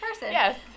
Yes